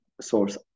source